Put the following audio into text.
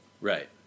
Right